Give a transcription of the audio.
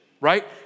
right